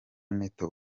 neto